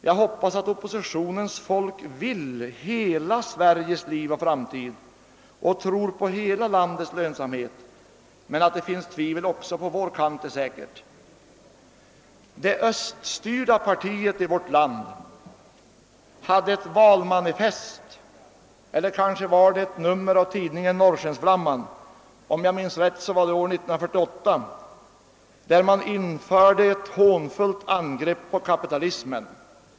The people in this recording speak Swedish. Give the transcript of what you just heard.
Jag hoppas att oppositionens folk arbetar för hela Sveriges liv och framtid och tror på hela landets lönsamhet, men att det finns tvivel även på vårt håll är säkert. Det öststyrda partiet i vårt land hade ett valmanifest — eller kanske var det ett nummer av tidningen Norrskensflamman, om jag minns rätt år 1948 — där man införde ett hånfullt angrepp på kapitalismen.